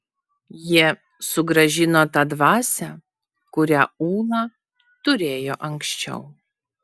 jie sugrąžino tą dvasią kurią ūla turėjo anksčiau